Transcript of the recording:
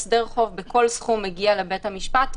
הסדר חוב בכל סכום מגיע לבית המשפט,